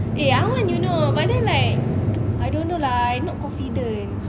eh I want you know but then like I don't know lah I not confident